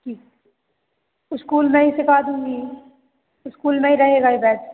ठीक उस्कूल में ही सीखा दूँगी उस्कूल में ही रहेगा ये बैच